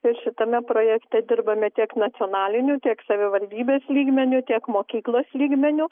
ir šitame projekte dirbame tiek nacionaliniu tiek savivaldybės lygmeniu tiek mokyklos lygmeniu